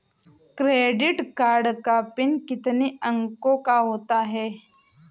Credit card का pin कितने अंकों का होता है?